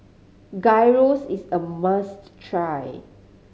Gyros is a must try